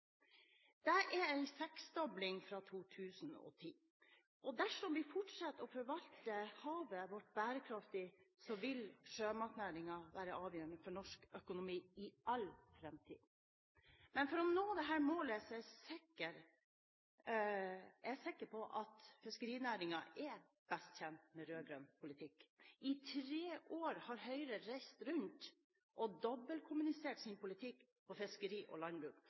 Det er en seksdobling fra 2010. Dersom vi fortsetter å forvalte havet vårt bærekraftig, vil sjømatnæringen være avgjørende for norsk økonomi i all framtid. Men for å nå dette målet er jeg sikker på at fiskerinæringen er best tjent med rød-grønn politikk. I tre år har Høyre reist rundt og dobbeltkommunisert sin politikk på fiskeri og landbruk,